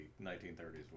1930s